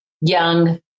young